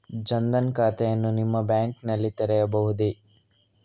ಜನ ದನ್ ಖಾತೆಯನ್ನು ನಿಮ್ಮ ಬ್ಯಾಂಕ್ ನಲ್ಲಿ ತೆರೆಯಬಹುದೇ?